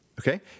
Okay